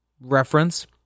reference